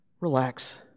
relax